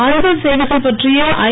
அஞ்சல் சேவைகள் பற்றிய ஐ